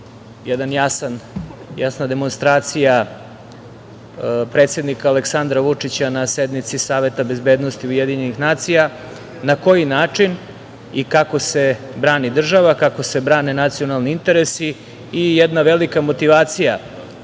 jedna jasna demonstracija predsednika Aleksandra Vučića na sednici Saveta bezbednosti UN, na koji način i kako se brani država, kako se brane nacionalni interesi i jedna velika motivacija